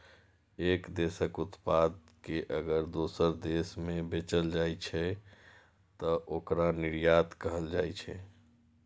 एक देशक उत्पाद कें अगर दोसर देश मे बेचल जाइ छै, तं ओकरा निर्यात कहल जाइ छै